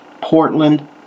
Portland